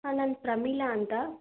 ಹಾಂ ನಾನು ಪ್ರಮೀಳಾ ಅಂತ